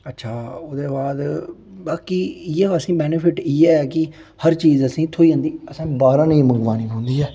अच्छा ओह्दे बाद बाकि इ'यै असें गी बेनिफिट हर चीज़ असें ई थ्होई जंदी ते असें ई बाह्रे दा निं मंगवानी पौंदी ऐ